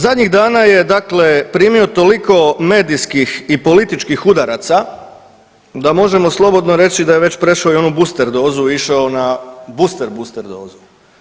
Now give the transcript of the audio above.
Zadnjih dana je dakle primio toliko medijskih i političkih udaraca da možemo slobodno reći da je već prešao i onu booster dozu išao na booster boooster dozu.